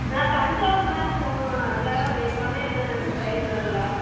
நான் தஞ்சாவூருதாங்க போகணும் அதுக்காக தான் வெயிட் பண்ணிணேன் இன்னும் ட்ரெயின் வர்லை